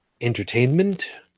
entertainment